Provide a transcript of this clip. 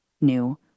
new